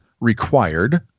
required